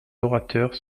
orateurs